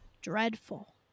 dreadful